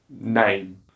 name